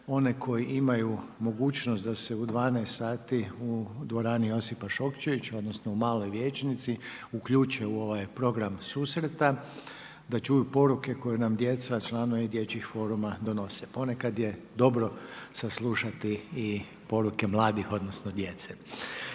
one koji imaju mogućnost da se u 12,00 sati u dvorani Josipa Šokčevića, odnosno u maloj vijećnici uključe u ovaj program susreta, da čuju poruke koje nam djeca, članovi dječjih foruma donose. Ponekad je dobro saslušati i poruke mladih, odnosno djece.